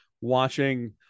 watching